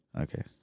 Okay